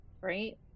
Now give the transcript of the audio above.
right